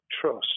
trust